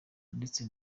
ndetse